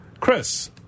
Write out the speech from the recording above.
Chris